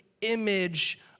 image